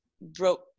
broke